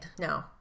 No